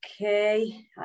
Okay